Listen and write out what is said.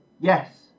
Yes